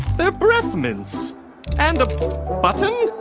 they're breath mints and a button.